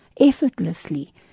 effortlessly